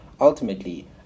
ultimately